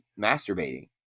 masturbating